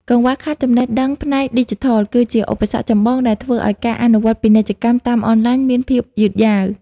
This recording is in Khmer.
កង្វះខាតចំណេះដឹងផ្នែកឌីជីថល គឺជាឧបសគ្គចម្បងដែលធ្វើឱ្យការអនុវត្តពាណិជ្ជកម្មតាមអនឡាញមានភាពយឺតយ៉ាវ។